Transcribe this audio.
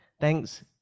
Thanks